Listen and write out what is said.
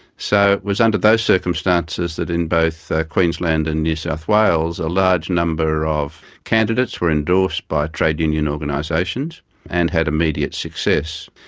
so it was under those circumstances that in both queensland and new south wales a large number of candidates were endorsed by trade union organisations and had immediate success.